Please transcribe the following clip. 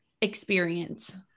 experience